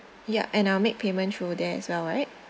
ya and I'll make payment through there as well right